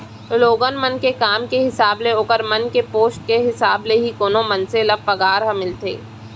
लोगन मन के काम के हिसाब ले ओखर मन के पोस्ट के हिसाब ले ही कोनो मनसे ल पगार ह मिलथे